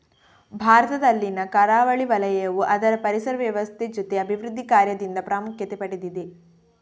ಭಾರತದಲ್ಲಿನ ಕರಾವಳಿ ವಲಯವು ಅದರ ಪರಿಸರ ವ್ಯವಸ್ಥೆ ಜೊತೆ ಅಭಿವೃದ್ಧಿ ಕಾರ್ಯದಿಂದ ಪ್ರಾಮುಖ್ಯತೆ ಪಡೆದಿದೆ